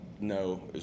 no